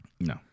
No